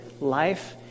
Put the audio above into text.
life